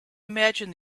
imagine